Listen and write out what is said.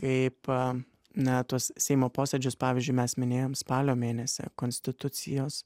kaip a na tuos seimo posėdžius pavyzdžiui mes minėjom spalio mėnesį konstitucijos